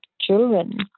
children